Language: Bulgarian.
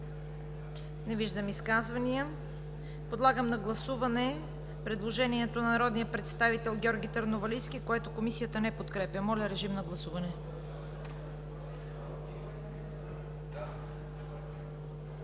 Не виждам. Подлагам на гласуване предложението на народния представител Георги Търновалийски, което Комисията не подкрепя. Гласували